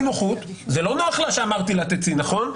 זה לא נוח לה שאמרתי לה "תצאי", נכון?